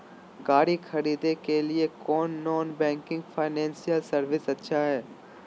गाड़ी खरीदे के लिए कौन नॉन बैंकिंग फाइनेंशियल सर्विसेज अच्छा है?